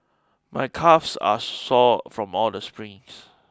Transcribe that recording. my calves are sore from all the sprints